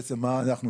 בעצם מה אנחנו,